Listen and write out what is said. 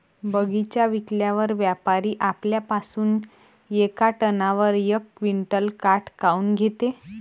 बगीचा विकल्यावर व्यापारी आपल्या पासुन येका टनावर यक क्विंटल काट काऊन घेते?